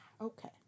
Okay